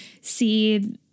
see